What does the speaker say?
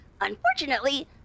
Unfortunately